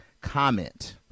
comment